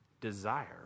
desire